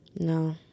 no